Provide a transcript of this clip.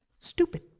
Stupid